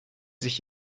sich